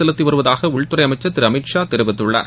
செலுத்தி வருவதாக உள்துறை அமைச்சர் திரு அமித் ஷா தெரிவித்துள்ளார்